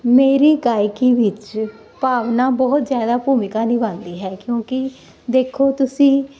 ਮੇਰੀ ਗਾਇਕੀ ਵਿੱਚ ਭਾਵਨਾ ਬਹੁਤ ਜਿਆਦਾ ਭੂਮਿਕਾ ਨਿਭਾਉਂਦੀ ਹੈ ਕਿਉਂਕਿ ਦੇਖੋ ਤੁਸੀਂ